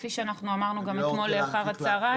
כפי שאמרנו גם אתמול אחר הצהריים.